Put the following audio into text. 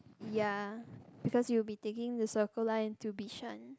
yea because you will be taking the Circle Line to Bishan